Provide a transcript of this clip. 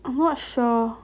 I'm not sure